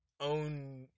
own